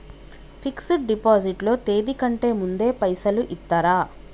Fix డ్ deposit లో తేది కంటే ముందే పైసలు ఇత్తరా?